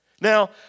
Now